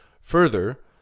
further